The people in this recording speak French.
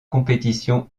compétition